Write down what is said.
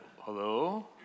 hello